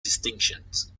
distinctions